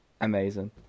amazing